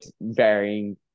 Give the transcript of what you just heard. varying